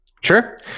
Sure